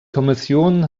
kommission